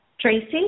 Tracy